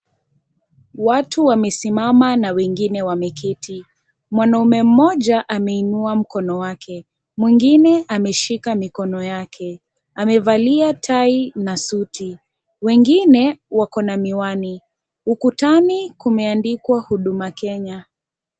Watu wamesimama na wengine wameketi. Mwanaume mmoja ameinua mkono wake, mwengine ameshika mikono yake. Amevalia tai na suti. Wengine wako na miwani. Ukutani kumeandikwa huduma Kenya.